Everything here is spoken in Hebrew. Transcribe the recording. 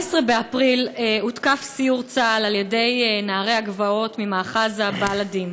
ב-14 באפריל הותקף סיור צה"ל על ידי נערי הגבעות ממאחז הבלדים.